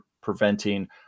preventing